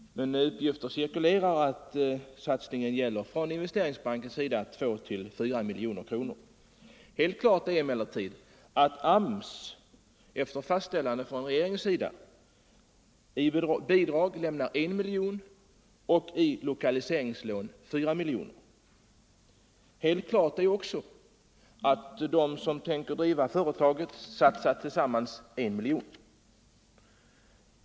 Men uppgifter cirkulerar om att satsningen från Investeringsbankens sida ligger mellan 2 och 4 milj.kr. Helt klart är emellertid att AMS, efter fastställande från regeringens sida, i bidrag lämnar 1 milj.kr. och i lokaliseringslån 4 milj.kr. Helt klart är också att de som tänker driva företaget tillsammans satsar I milj.kr.